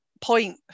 point